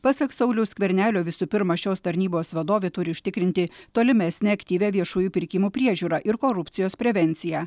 pasak sauliaus skvernelio visų pirma šios tarnybos vadovė turi užtikrinti tolimesnę aktyvią viešųjų pirkimų priežiūrą ir korupcijos prevenciją